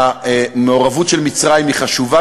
המעורבות של מצרים היא חשובה,